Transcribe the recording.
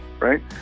right